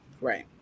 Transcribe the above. Right